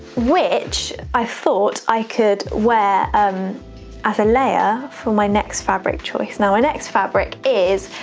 which, i thought i could wear um as a layer for my next fabric choice. now my next fabric is